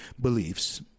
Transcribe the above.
beliefs